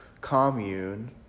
commune